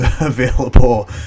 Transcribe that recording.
available